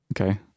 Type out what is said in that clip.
Okay